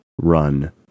run